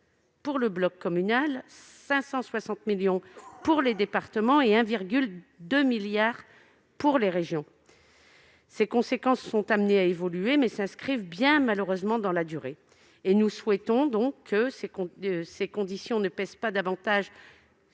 pour le bloc communal, de 560 millions d'euros pour les départements, et de 1,2 milliard d'euros pour les régions. Ces conséquences, amenées à évoluer, s'inscrivent bien, malheureusement, dans la durée. Nous souhaitons donc que ces conditions ne pèsent pas davantage